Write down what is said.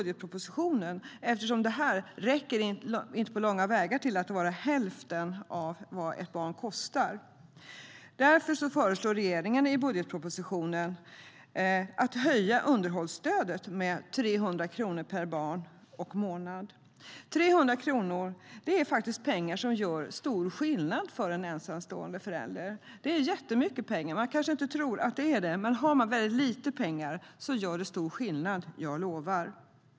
Eftersom detta inte ens räcker till hälften av vad ett barn kostar föreslog regeringen i budgetpropositionen en höjning av underhållsstödet med 300 kronor per barn och månad.300 kronor är pengar som gör stor skillnad för en ensamstående förälder. Det är mycket pengar. Man kanske inte tror det, men för någon med väldigt lite pengar gör det stor skillnad - jag lovar.